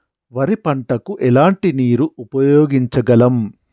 వరి పంట కు ఎలాంటి నీరు ఉపయోగించగలం?